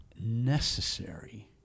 necessary